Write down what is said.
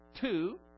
two